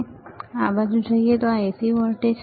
હવે આપણે આ બાજુએ જઈએ આ AC વોલ્ટેજ છે